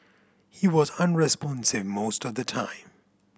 he was unresponsive most of the time